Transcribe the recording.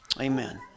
amen